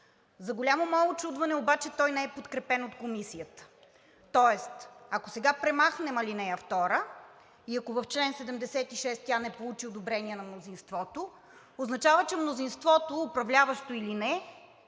За голямо мое учудване обаче той не е подкрепен от Комисията. Тоест, ако сега премахнем ал. 2 и ако в чл. 76 тя не получи одобрение на мнозинството, означава, че мнозинството – управляващо или не в